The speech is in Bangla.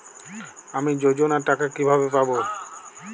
আমি যোজনার টাকা কিভাবে পাবো?